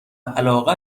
علاقه